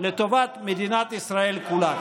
לטובת מדינת ישראל כולה.